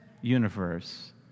universe